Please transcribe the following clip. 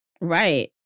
Right